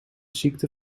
ziekte